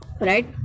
right